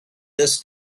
this